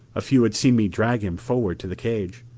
a few had seen me drag him forward to the cage.